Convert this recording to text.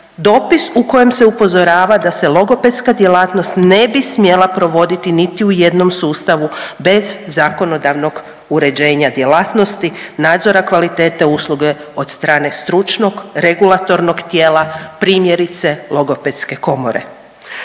dopis u kojem se upozorava da se logopedska djelatnost ne bi smjela provoditi niti u jednom sustavu bez zakonodavnog uređenja djelatnosti, nadzora kvalitete usluge od strane stručnog regulatornog tijela, primjerice, logopedske komore.